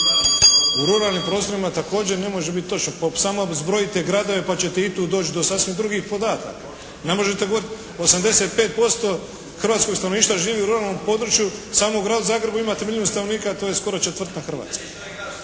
U ruralnim prostorima također ne može biti točno popis. Samo ako zbrojite gradove pa ćete i tu doći do sasvim drugih podataka. Ne možete govoriti 85% hrvatskog stanovništva živi u ruralnom području. Samo u gradu Zagrebu ima … /Govornik se ne razumije./ … stanovnika, to je skoro četvrtina Hrvatske.